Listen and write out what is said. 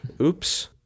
Oops